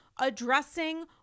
addressing